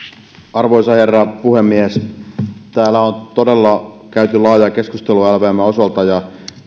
arvoisa herra puhemies täällä on todella käyty laajaa keskustelua lvmn osalta ja